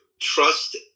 trust